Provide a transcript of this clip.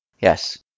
Yes